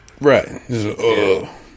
Right